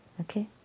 Okay